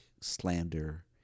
slander